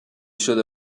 شده